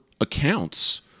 accounts